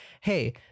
hey